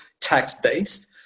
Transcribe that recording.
tax-based